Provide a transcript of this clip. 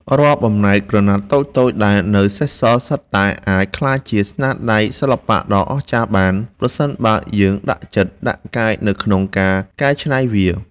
រាល់បំណែកក្រណាត់តូចៗដែលនៅសេសសល់ សុទ្ធតែអាចក្លាយជាស្នាដៃសិល្បៈដ៏អស្ចារ្យបាន ប្រសិនបើយើងដាក់ចិត្តដាក់កាយនៅក្នុងការកែច្នៃវា។